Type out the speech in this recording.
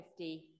50